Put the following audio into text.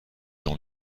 dans